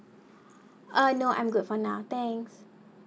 uh no I'm good for now thank